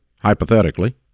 hypothetically